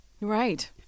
Right